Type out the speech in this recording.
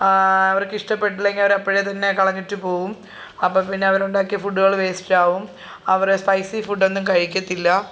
അവർക്കിഷ്ടപ്പെട്ടില്ലെങ്കിൽ അവരപ്പോഴെ തന്നെ കളഞ്ഞിട്ടു പോകും അപ്പപ്പിന്നവരുണ്ടാക്കിയ ഫുഡ്ഡുകൾ വേസ്റ്റാകും അവർ സ്പൈസി ഫുഡ്ഡൊന്നും കഴിക്കത്തില്ല